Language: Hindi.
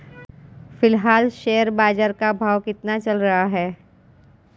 फिलहाल शेयर बाजार का भाव कितना चल रहा है?